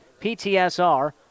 PTSR